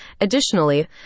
additionally